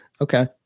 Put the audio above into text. Okay